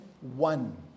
one